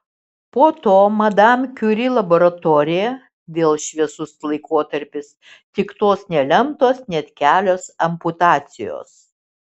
po to madam kiuri laboratorija vėl šviesus laikotarpis tik tos nelemtos net kelios amputacijos